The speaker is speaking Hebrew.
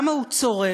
כמה הוא צורב,